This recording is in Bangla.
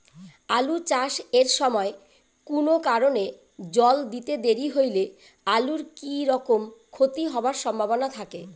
আলু চাষ এর সময় কুনো কারণে জল দিতে দেরি হইলে আলুর কি রকম ক্ষতি হবার সম্ভবনা থাকে?